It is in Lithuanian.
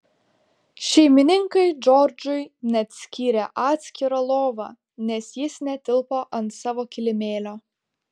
šeimininkai džordžui net skyrė atskirą lovą nes jis netilpo ant savo kilimėlio